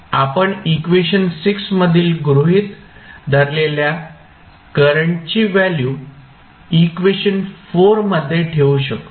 आपण इक्वेशन मधील गृहित धरलेल्या करंटची व्हॅल्यू इक्वेशन मध्ये ठेवू शकतो